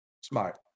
Smart